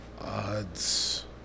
Odds